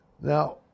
Now